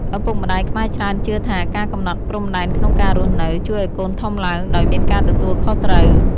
ឪពុកម្តាយខ្មែរច្រើនជឿថាការកំណត់ព្រំដែនក្នុងការរស់នៅ ជួយឱ្យកូនធំឡើងដោយមានការទទួលខុសត្រូវ។